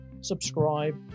Subscribe